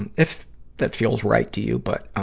and if that feel right to you, but, um,